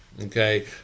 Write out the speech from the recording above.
Okay